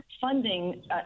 funding